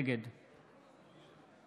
נגד